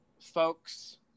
folks